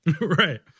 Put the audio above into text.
Right